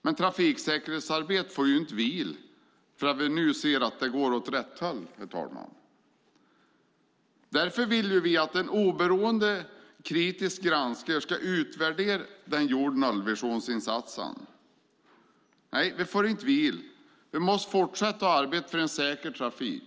Men trafiksäkerhetsarbetet får inte vila för att vi nu ser att det går åt rätt håll, herr talman. Därför vill vi att en oberoende kritisk granskare ska utvärdera de gjorda nollvisionsinsatserna. Nej, vi får inte vila. Vi måste fortsätta att arbeta för en säker trafik.